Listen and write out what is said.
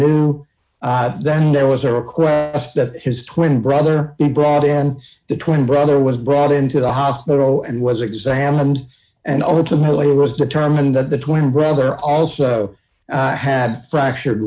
knew there was a request that his twin brother be brought in the twin brother was brought into the hospital and was examined and ultimately it was determined that the twin brother also had fractured